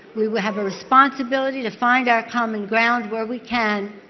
we will have a responsibility to find our common ground where we can,